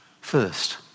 first